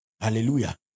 Hallelujah